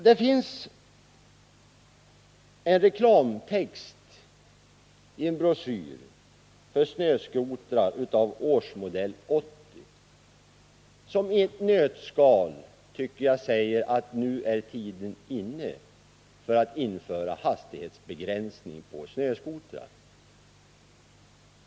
Det finns en reklamtext i en broschyr för snöskotrar av årsmodell 80, som jag tycker i ett nötskal säger att nu är tiden inne att införa hastighetsbegränsning för snöskotrar.